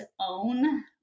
own